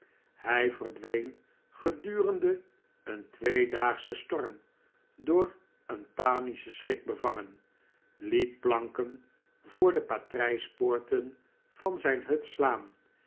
hij verdween gedurende een tweedaagschen storm door een panischen schrik bevangen liet planken voor de patrijspoorten van zijn hut slaan